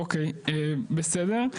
אוקיי, בסדר.